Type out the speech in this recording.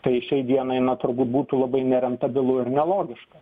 tai šiai dienai na turbūt būtų labai nerentabilu ir nelogiška